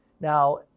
Now